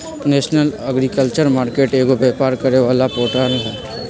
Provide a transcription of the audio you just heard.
national agriculture market एगो व्यापार करे वाला पोर्टल हई